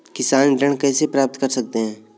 किसान ऋण कैसे प्राप्त कर सकते हैं?